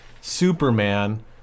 Superman